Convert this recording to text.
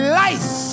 life